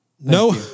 No